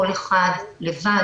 כל אחד לבד,